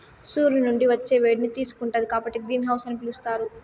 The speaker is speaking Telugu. సూర్యుని నుండి వచ్చే వేడిని తీసుకుంటాది కాబట్టి గ్రీన్ హౌస్ అని పిలుత్తారు